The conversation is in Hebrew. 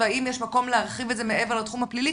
האם יש מקום להרחיב את זה מעבר לתחום הפלילי?